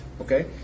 okay